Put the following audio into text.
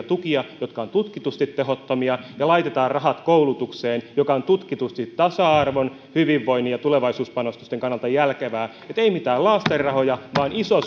tukia jotka ovat tutkitusti tehottomia ja laitetaan rahat koulutukseen joka on tutkitusti tasa arvon hyvinvoinnin ja tulevaisuuspanostusten kannalta järkevää että ei mitään laastarirahoja vaan iso